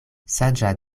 saĝa